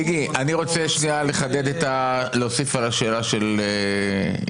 איגי, אני רוצה להוסיף על השאלה של יואב.